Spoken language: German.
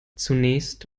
zunächst